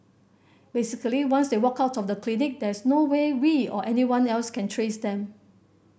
basically once they walk out of the clinic there is no way we or anyone else can trace them